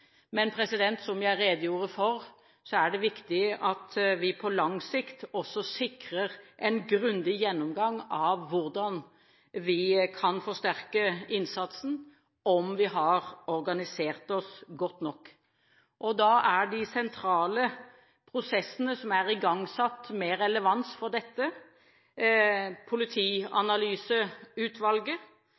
Som jeg redegjorde for, er det viktig at vi på lang sikt også sikrer en grundig gjennomgang av hvordan vi kan forsterke innsatsen, om vi har organisert oss godt nok. Noe av det sentrale som er igangsatt med relevans for dette, er politianalyseutvalget,